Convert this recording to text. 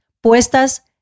puestas